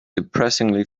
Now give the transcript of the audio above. depressingly